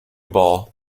ball